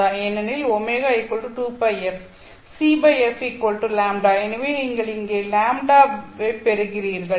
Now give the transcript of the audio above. ஏனெனில் ω2πf cfλ எனவே நீங்கள் இங்கே λ வெப் பெறுகிறீர்கள்